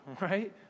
right